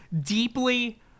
deeply